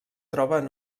troba